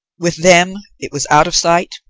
with them, it was out of sight,